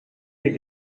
est